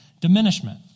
diminishment